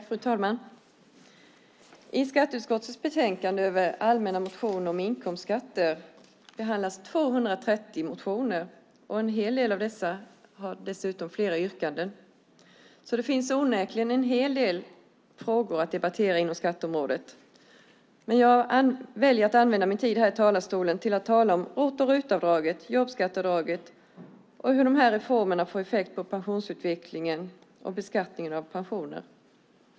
Fru talman! I skatteutskottets betänkande om allmänna motioner om inkomstskatter behandlas 230 motioner. En hel del av dessa har dessutom flera yrkanden, så det finns onekligen en hel del frågor att debattera inom skatteområdet. Men jag väljer att använda min tid här i talarstolen till att tala om ROT och RUT-avdraget, jobbskatteavdraget och hur de här reformerna får effekt på pensionsutvecklingen och beskattningen av pensioner.